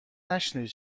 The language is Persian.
نشنیدی